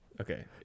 Okay